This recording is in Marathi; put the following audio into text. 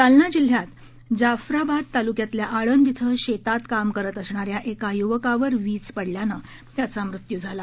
जालना जिल्ह्यात जाफराबाद तालुक्यातल्या आळंद इथं शेतात काम करत असणाऱ्या एका युवकावर वीज पडल्यानं त्याचा मृत्यू झाला